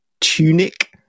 Tunic